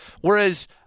whereas